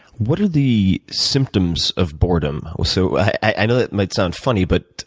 what are the symptoms of boredom? so i know that might sound funny, but